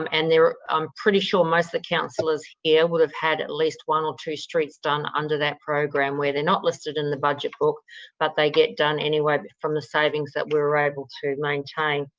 um and there i'm pretty sure most of the councillors here will have had at least one or two streets done under that program where they're not listed in the budget book but they get done anyway from the savings that we were able to maintain.